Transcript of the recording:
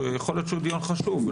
שיכול להיות שהוא דיון חשוב.